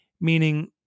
meaning